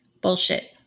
Bullshit